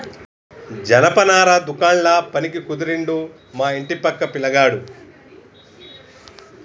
జనపనార దుకాండ్ల పనికి కుదిరిండు మా ఇంటి పక్క పిలగాడు